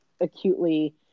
acutely